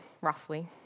roughly